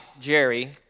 Jerry